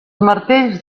martells